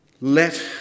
let